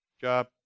job